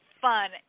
fun